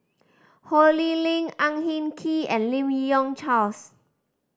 Ho Lee Ling Ang Hin Kee and Lim Yi Yong Charles